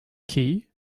key